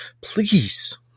please